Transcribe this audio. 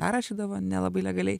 perrašydavo nelabai legaliai